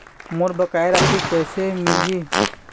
मोर बकाया राशि कैसे मिलही?